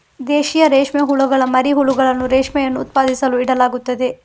ದೇಶೀಯ ರೇಷ್ಮೆ ಹುಳುಗಳ ಮರಿ ಹುಳುಗಳನ್ನು ರೇಷ್ಮೆಯನ್ನು ಉತ್ಪಾದಿಸಲು ಇಡಲಾಗುತ್ತದೆ